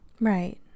Right